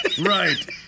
right